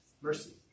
mercy